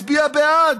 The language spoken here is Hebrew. הצביעה בעד: